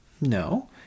No